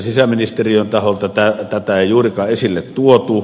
sisäministeriön taholta tätä ei juurikaan esille tuotu